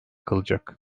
kalacak